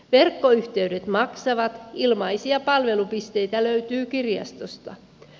verkkoyhteydet maksavat ilmaisia palvelupisteitä löytyy kirjastosta